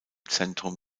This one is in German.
zentrum